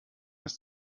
ist